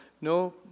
no